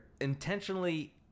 intentionally